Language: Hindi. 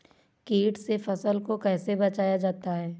कीट से फसल को कैसे बचाया जाता हैं?